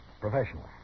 professional